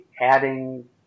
adding